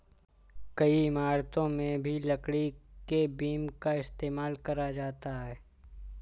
कई इमारतों में भी लकड़ी के बीम का इस्तेमाल करा जाता है